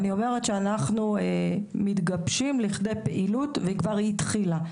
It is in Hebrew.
אני אומרת שאנחנו מתגבשים לכדי פעילות והיא כבר התחילה.